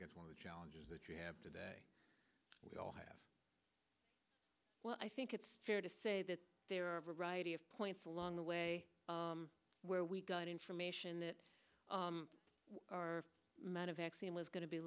guess one of the challenges that you have today we all have well i think it's fair to say that there are a variety of points along the way where we got information that are met a vaccine was going to be